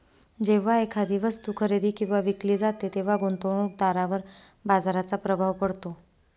जेव्हा एखादी वस्तू खरेदी किंवा विकली जाते तेव्हा गुंतवणूकदारावर बाजाराचा प्रभाव पडतो